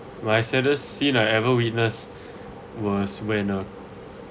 my saddest scene I ever witnessed was when a